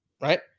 right